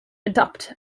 adopt